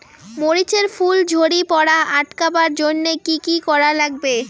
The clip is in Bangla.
মরিচ এর ফুল ঝড়ি পড়া আটকাবার জইন্যে কি কি করা লাগবে?